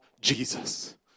Jesus